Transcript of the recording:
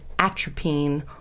atropine